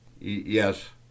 Yes